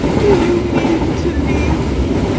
do you mean to leave me?